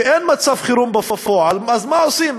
היות שאין מצב חירום בפועל, מה עושים?